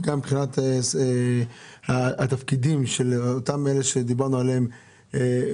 גם מבחינת התפקידים של אותם אלה שדיברנו עליהם מאתיופיה?